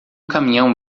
caminhão